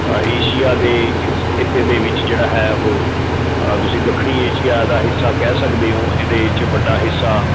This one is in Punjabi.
ਏਸ਼ੀਆ ਦੇ ਇਸ ਖਿੱਤੇ ਦੇ ਵਿੱਚ ਜਿਹੜਾ ਹੈ ਉਹ ਤੁਸੀਂ ਦੱਖਣੀ ਏਸ਼ੀਆ ਦਾ ਹਿੱਸਾ ਕਹਿ ਸਕਦੇ ਹੋ ਜਿਹਦੇ 'ਚ ਵੱਡਾ ਹਿੱਸਾ